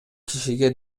кишиге